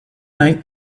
night